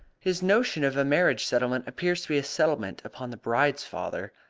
his notion of a marriage settlement appears to be a settlement upon the bride's father.